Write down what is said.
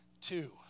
Two